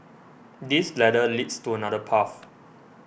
this ladder leads to another path